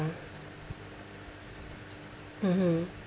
mmhmm